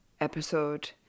episode